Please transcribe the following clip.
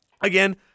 Again